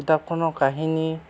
কিতাপখনৰ কাহিনী